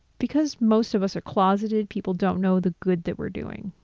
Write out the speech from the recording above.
because most of us are closeted, people don't know the good that we're doing.